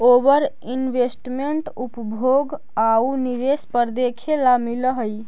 ओवर investment उपभोग आउ निवेश पर देखे ला मिलऽ हई